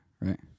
right